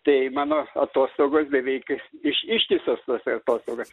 tai mano atostogos beveik iš ištisos tos atostogos